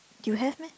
you have meh